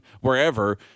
wherever